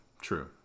true